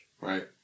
Right